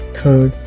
Third